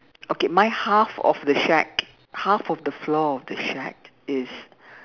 okay my half of the shack half of the floor of the shack is